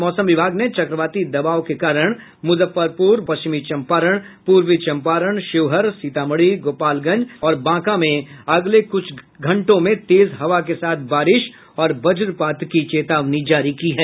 मौसम विभाग ने चक्रवाती दबाव के कारण मुजफ्फरपुर बांका पश्चिमी चंपारण पूर्वी चंपारण शिवहर सीतामढ़ी और गोपालगंज में अगले कुछ घंटों में तेज हवा के साथ बारिश और व्रजपात की चेतावनी जारी की है